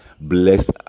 Blessed